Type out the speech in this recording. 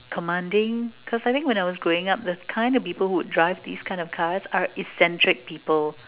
commanding cause I think when I'm growing up the kind of people who drive these kinda cars are eccentric people